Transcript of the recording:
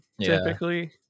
typically